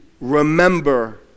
remember